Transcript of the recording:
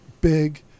big